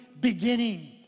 beginning